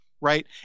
Right